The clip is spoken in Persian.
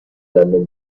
دندان